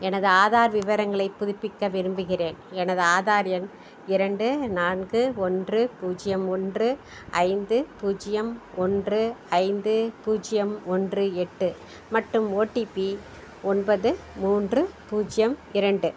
எனது ஆதார் விவரங்களை புதுப்பிக்க விரும்புகிறேன் எனது ஆதார் எண் இரண்டு நான்கு ஒன்று பூஜ்ஜியம் ஒன்று ஐந்து பூஜ்ஜியம் ஒன்று ஐந்து பூஜ்ஜியம் ஒன்று எட்டு மற்றும் ஓடிபி ஒன்பது மூன்று பூஜ்ஜியம் இரண்டு